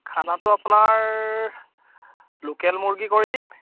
খানাটো আপোনাৰ লোকেল মুৰ্গী কৰি দিম